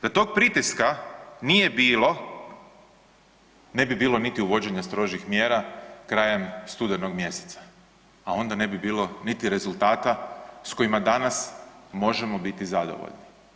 Da tog pritiska nije bilo ne bi bilo niti uvođenja strožih mjera krajem studenog mjeseca, a onda ne bi bilo niti rezultata s kojima danas možemo biti zadovoljni.